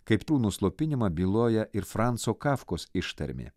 kaip tų nuslopinimą byloja ir franco kafkos ištarmė